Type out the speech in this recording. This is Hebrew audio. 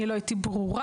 אני לא הייתי ברורה,